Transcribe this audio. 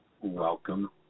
Welcome